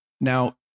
Now